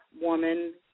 woman